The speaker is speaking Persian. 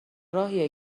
راهیه